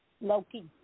Loki